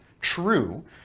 true